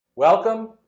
Welcome